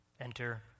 Enter